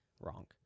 Wrong